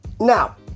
Now